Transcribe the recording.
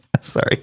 sorry